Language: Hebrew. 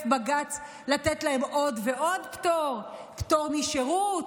בג"ץ לתת להם עוד ועוד פטור: פטור משירות,